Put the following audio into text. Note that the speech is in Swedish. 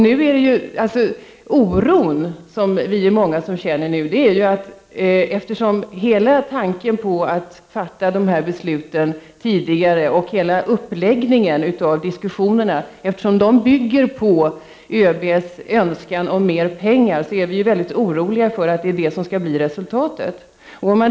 Därför är många av oss oroliga för att detta också skall bli resultatet.